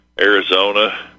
Arizona